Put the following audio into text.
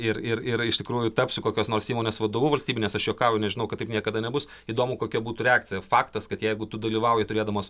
ir ir ir iš tikrųjų tapsiu kokios nors įmonės vadovu valstybinės aš juokauju nes žinau kad taip niekada nebus įdomu kokia būtų reakcija faktas kad jeigu tu dalyvauji turėdamas